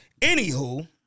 Anywho